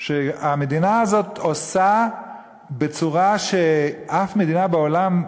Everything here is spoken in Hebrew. שהמדינה הזאת עושה בצורה שאף מדינה בעולם,